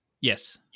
Yes